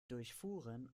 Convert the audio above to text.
durchfuhren